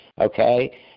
okay